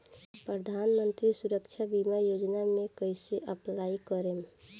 प्रधानमंत्री सुरक्षा बीमा योजना मे कैसे अप्लाई करेम?